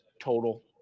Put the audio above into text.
total